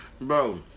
Bro